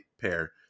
pair